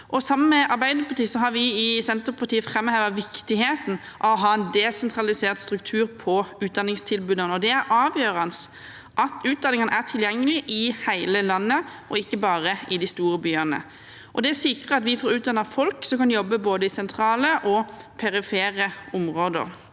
Sammen med Arbeiderpartiet har vi i Senterpartiet framhevet viktigheten av å ha en desentralisert struktur på utdanningstilbudene. Det er avgjørende at utdanningene er tilgjengelig i hele landet og ikke bare i de store byene. Det sikrer at vi får utdannet folk som kan jobbe både i sentrale og perifere områder.